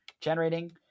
generating